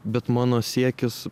bet mano siekis